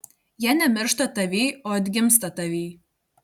jis nemiršta tavyj o atgimsta tavyj